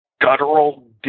guttural